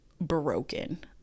broken